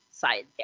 side